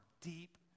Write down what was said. deep